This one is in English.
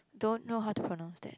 don't know how to pronounce that